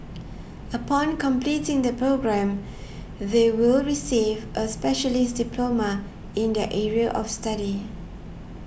upon completing the programme they will receive a specialist diploma in their area of study